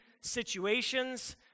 situations